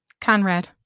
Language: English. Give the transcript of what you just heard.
Conrad